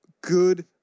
Good